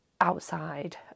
outside